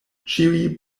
ĉiuj